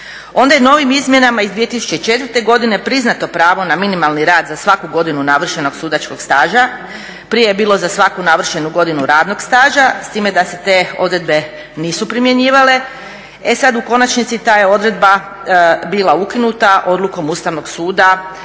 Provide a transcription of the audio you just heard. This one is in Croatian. Onda je novim izmjenama iz 2004. godine priznato pravo na minimalni rad za svaku godinu navršenog sudačkog staža. Prije je bilo za svaku navršenu godinu radnog staža s time da se te odredbe nisu primjenjivale. E sada u konačnici ta je odredba bila ukinuta odlukom Ustavnog suda